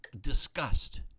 disgust